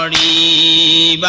ie